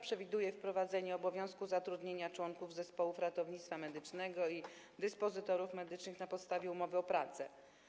Przewiduje on wprowadzenie obowiązku zatrudnienia członków zespołów ratownictwa medycznego i dyspozytorów medycznych na podstawie umowy o pracę.